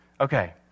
Okay